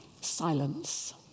Silence